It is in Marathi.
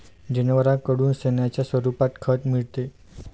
जनावरांकडून शेणाच्या स्वरूपात खत मिळते